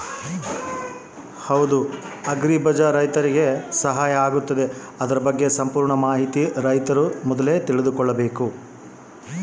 Agri Bazaar ರೈತರಿಗೆ ಸಹಕಾರಿ ಆಗ್ತೈತಾ?